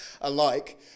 alike